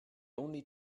only